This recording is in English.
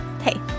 Hey